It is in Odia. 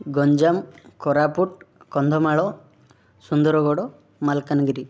ଗଞ୍ଜାମ କୋରାପୁଟ କନ୍ଧମାଳ ସୁନ୍ଦରଗଡ଼ ମାଲକାନଗିରି